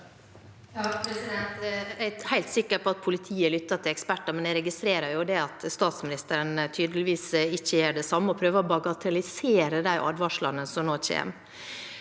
Jeg er helt sikker på at politiet lytter til eksperter, men jeg registrerer jo at statsministeren tydeligvis ikke gjør det samme og prøver å bagatellisere de advarslene som nå kommer.